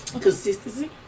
Consistency